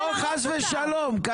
זה להרוס אותם.